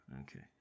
okay